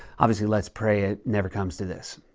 obviously, let's pray it never comes to this.